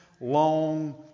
long